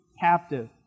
captive